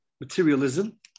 materialism